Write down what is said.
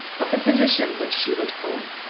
of the position which she would hold,